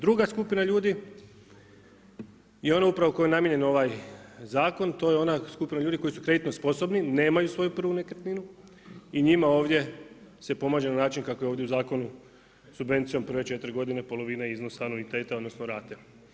Druga skupina ljudi je ona upravo kojoj je namijenjen ovaj zakon, to je ona skupina ljudi koji su kreditno sposobni, nemaju svoju prvu nekretninu i njima ovdje se pomaže na način kako je ovdje u zakonom subvencijom prve 4 godine polovina iznosa anuiteta odnosno rate.